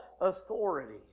authority